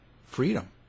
freedom